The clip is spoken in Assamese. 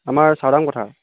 আমাৰ চাওদাং পথাৰ